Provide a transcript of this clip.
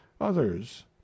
others